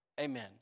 Amen